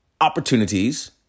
opportunities